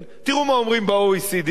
תראו מה אומרים ב-OECD על ישראל,